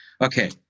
Okay